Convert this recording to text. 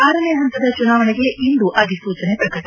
ಆರನೇ ಹಂತದ ಚುನಾವಣೆಗೆ ಇಂದು ಅಧಿಸೂಚನೆ ಪ್ರಕಟ